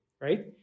right